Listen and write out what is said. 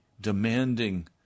demanding